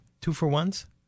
two-for-ones